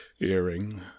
Earring